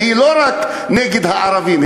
והיא לא רק נגד הערבים,